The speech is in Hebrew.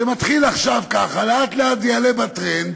זה מתחיל עכשיו ככה, לאט-לאט זה יעלה בטרנד,